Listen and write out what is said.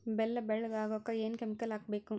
ಬೆಲ್ಲ ಬೆಳಗ ಆಗೋಕ ಏನ್ ಕೆಮಿಕಲ್ ಹಾಕ್ಬೇಕು?